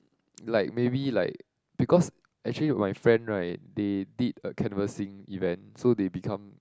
like maybe like because actually my friend right they did a canvassing event so they become